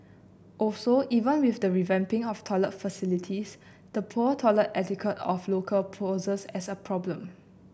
also even with the revamping of toilet facilities the poor toilet etiquette of local poses as a problem